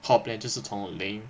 core plan 就是从零